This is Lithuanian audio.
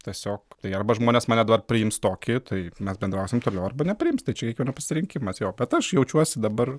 tiesiog tai arba žmonės mane dabar priims tokį tai mes bendrausim toliau arba nepriims tai čia kiekvieno pasirinkimas jo bet aš jaučiuosi dabar